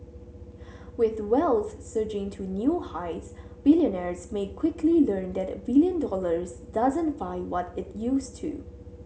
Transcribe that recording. with wealth surging to new highs billionaires may quickly learn that a billion dollars doesn't buy what it used to